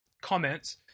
comments